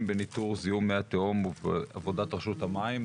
בניטור זיהום מי התהום ובעבודת רשות המים,